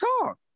talk